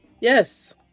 Yes